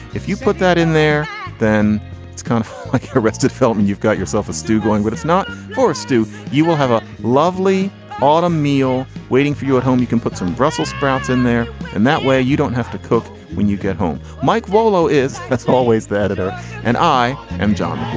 if you put that in there then it's kind of like a it felt and you've got yourself a stew going with it's not for stew. you will have a lovely autumn meal waiting for you at home you can put some brussel sprouts in there and that way you don't have to cook when you get home. mike rollo is always the editor and i am john.